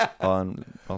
on